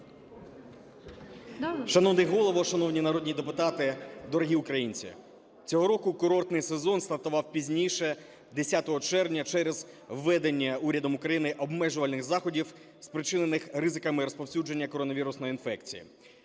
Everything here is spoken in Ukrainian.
Шановний Голово, шановні народні депутати, дорогі українці. Цього року курортний сезон стартував пізніше, 10 червня, через введення урядом України обмежувальних заходів, спричинених ризиками і розповсюдженням коронавірусної інфекції.